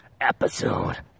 episode